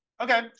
Okay